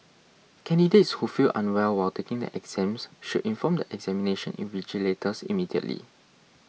candidates who feel unwell while taking the exams should inform the examination invigilators immediately